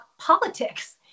politics